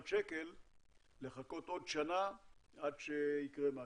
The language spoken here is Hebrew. שקל לחכות עוד שנה עד שיקרה משהו.